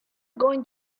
going